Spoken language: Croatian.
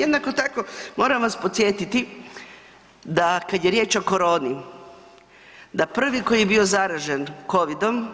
Jednako tako, moram vas podsjetiti da kad je riječ o koroni, da prvi koji je bio zaražen COVID-om